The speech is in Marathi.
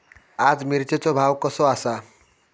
आज मिरचेचो भाव कसो आसा?